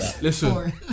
Listen